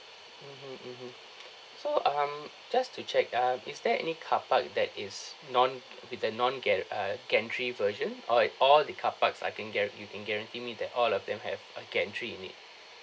mmhmm mmhmm so um just to check um is there any car park that is non with the non ga~ uh gantry version or it all the car parks are being guar~ you can guarantee me that all of them have a gantry in it